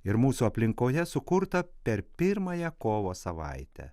ir mūsų aplinkoje sukurta per pirmąją kovo savaitę